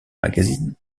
magazine